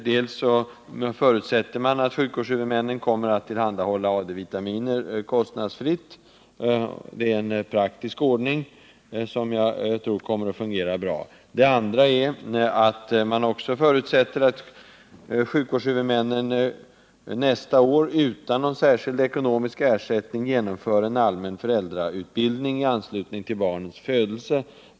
Dels förutsätter man att sjukvårdshuvudmännen kommer att tillhandahålla AD-vitaminer kostnadsfritt. Det är en praktisk ordning, som jag tror kommer att fungera bra. Dels förutsätter man att sjukvårdshuvudmännen nästa år utan någon särskild ekonomisk ersättning genomför en allmän föräldrautbildning i anslutning till barnets födelse.